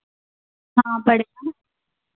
हाँ बढ़ गया ना